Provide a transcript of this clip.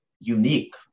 unique